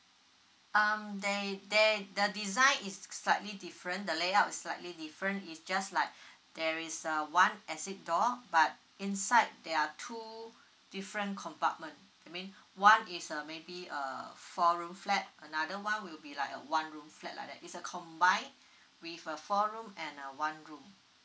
um there there the design is slightly different the layout is slightly different it's just like there is uh one exit door but inside there are two different compartment I mean one is uh maybe uh four room flat another [one] will be like a one room flat like that is a combine with a four room and uh one room